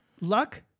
luck